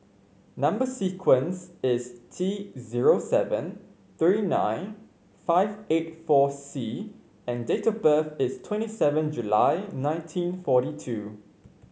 number sequence is T zero seven three nine five eight four C and date of birth is twenty seven July nineteen forty two